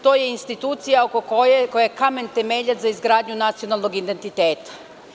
To je institucija koja je kamen temeljaca za izgradnju nacionalnog identiteta.